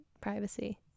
privacy